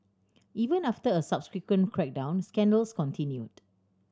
even after a subsequent crackdown scandals continued